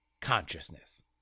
consciousness